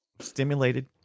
stimulated